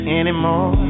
anymore